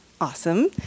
Awesome